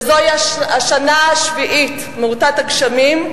וזו השנה השביעית מעוטת הגשמים,